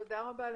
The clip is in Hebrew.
תודה רבה לך.